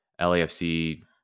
LAFC